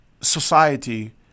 society